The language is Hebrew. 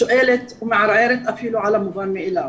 שואלת ומערערת אפילו על המובן מאליו.